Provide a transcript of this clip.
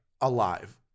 alive